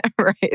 Right